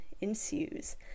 ensues